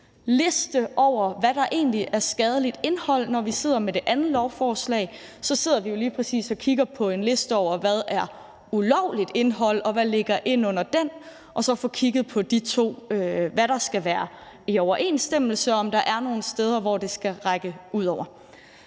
liste over, hvad der egentlig er skadeligt indhold – når vi sidder med det andet lovforslag, sidder vi jo lige præcis og kigger på en liste over, hvad der er ulovligt indhold, hvad der går ind under det – og så få kigget på de to: hvad der skal være i overensstemmelse, og om der er nogle steder, hvor det skal række ud over.